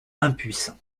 impuissant